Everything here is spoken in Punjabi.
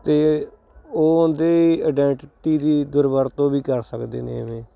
ਅਤੇ ਉਹ ਉਹਦੀ ਅਡੈਂਟਿਟੀ ਦੀ ਦੁਰਵਰਤੋਂ ਵੀ ਕਰ ਸਕਦੇ ਨੇ ਐਵੇਂ